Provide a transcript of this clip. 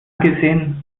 gesehen